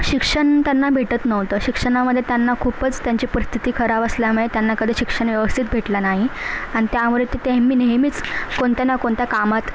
शिक्षण त्यांना भेटत नव्हतं शिक्षणामध्ये त्यांना खूपच त्यांची परिस्थिती खराब असल्यामुळे त्यांना कधी शिक्षण व्यवस्थित भेटलं नाही आणि त्यामुळे नेहमी नेहमीच कोणत्या ना कोणत्या कामात